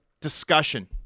discussion